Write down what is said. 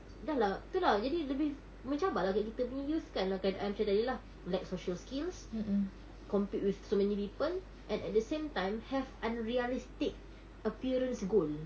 dah lah tu lah jadi lebih mencabar lah kat kita punya youth kalau keadaan macam ni ya lah lack social skills compete with so many people and at the same time have unrealistic appearance goal